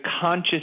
conscious